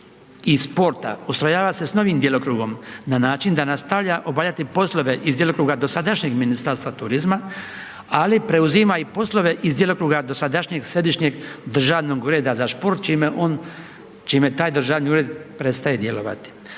i sporta ustrojava se s novim djelokrugom na način da nastavlja obavljati poslove iz djelokruga dosadašnjeg Ministarstva turizma ali preuzima i poslove iz djelokruga dosadašnjeg Središnjeg državnog ureda za šport čime taj državni ured prestaje djelovati.